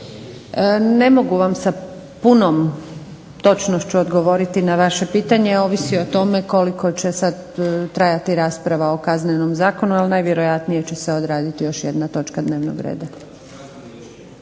Ne mogu vam sa punom točnošću odgovoriti na vaše pitanje, ovisi o tome koliko će sad trajati rasprava o Kaznenom zakonu, ali najvjerojatnije će se odraditi još jedna točka dnevnog reda.